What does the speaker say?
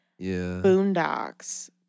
Boondocks